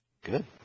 good